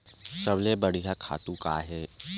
सबले बढ़िया खातु का हे?